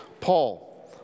Paul